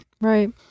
Right